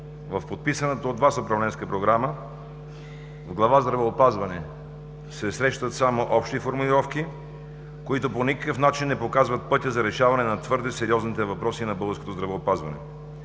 в подписаната от Вас управленска програма в глава „Здравеопазване“ се срещат само общи формулировки, които по никакъв начин не показват пътя за решаване на твърде сериозните въпроси на българското здравеопазване.